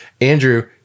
Andrew